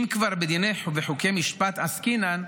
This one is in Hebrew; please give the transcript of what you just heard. ואם כבר בדינים ובחוקי משפט עסקינן,